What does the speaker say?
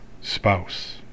spouse